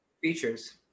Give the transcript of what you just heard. features